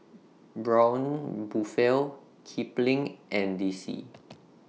Braun Buffel Kipling and D C